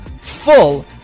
full